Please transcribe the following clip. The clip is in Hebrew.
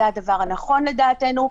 זה הדבר הנכון לדעתנו.